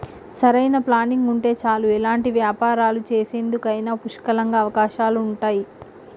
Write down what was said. సరైన ప్లానింగ్ ఉంటే చాలు ఎలాంటి వ్యాపారాలు చేసేందుకైనా పుష్కలంగా అవకాశాలుంటయ్యి